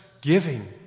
giving